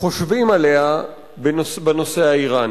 חושבים עליה בנושא האירני.